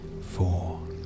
four